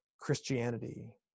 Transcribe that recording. Christianity